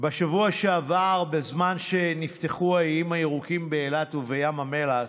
בשבוע שעבר בזמן שנפתחו האיים הירוקים באילת ובים המלח,